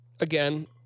Again